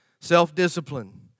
self-discipline